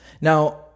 Now